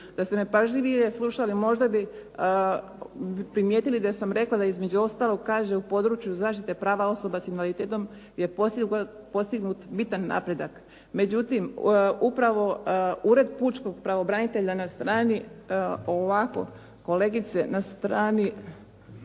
Da ste me pažljivije slušali možda bi primijetili da sam rekla da između ostalog kaže u području zaštite prava osoba s invaliditetom je postignut bitan napredak. Međutim, upravo Ured Pučkog pravobranitelja na strani 65 upozorava upravo